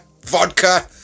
vodka